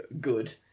good